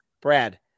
Brad